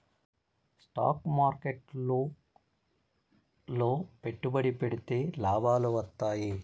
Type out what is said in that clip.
stock మార్కెట్లు లో పెట్టుబడి పెడితే లాభాలు వత్తాయి